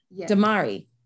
Damari